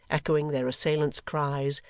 echoing their assailants' cries,